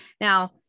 Now